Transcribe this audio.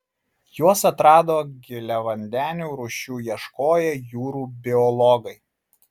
juos atrado giliavandenių rūšių ieškoję jūrų biologai